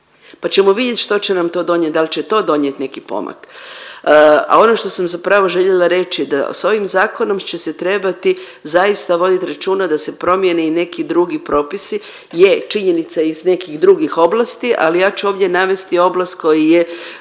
pa ćemo vidjet što će nam to donijet, dal će to donijet neki pomak. A ono što sam zapravo željela reći je da s ovim zakonom će se trebati zaista vodit računa da se promijene i neki drugi propisi. Je, činjenica iz nekih drugih oblasti, ali ja ću ovdje navesti oblast koji je